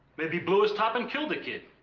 maybe blew his top and killed the kid.